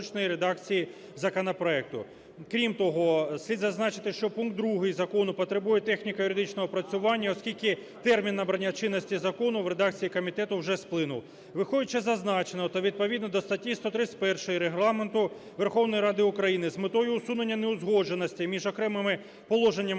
відповідно до статті 131 Регламенту Верховної Ради України, з метою усунення неузгодженостей між окремими положеннями